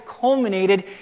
culminated